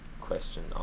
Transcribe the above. question